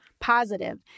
positive